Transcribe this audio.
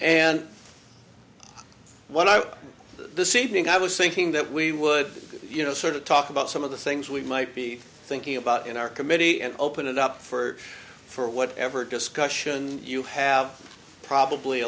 and when i this evening i was thinking that we would you know sort of talk about some of the things we might be thinking about in our committee and open it up for for whatever discussion you have probably